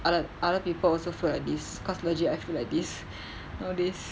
other other people also feel like this cause legit I feel like this nowadays